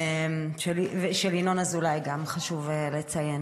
גם של ינון אזולאי, חשוב לציין.